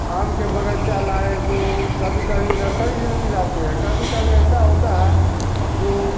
आम का बग़ीचा लाए तो कभी कभी नर्सरी से भी लाते हैं कभी कभी ऐसा होता है जो